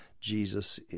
jesus